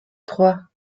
trois